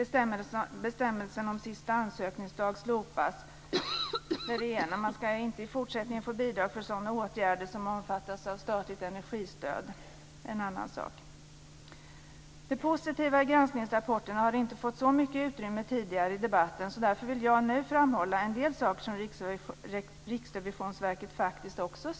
Bestämmelsen om sista ansökningsdag slopas, och man ska dessutom i fortsättningen inte få bidrag för sådana åtgärder som omfattas av statligt energistöd. Det positiva i granskningsrapporterna har inte fått så mycket utrymme tidigare i debatten, och jag vill därför nu framhålla en del saker som faktiskt också Riksrevisionsverket pekar på.